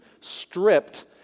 stripped